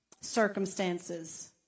circumstances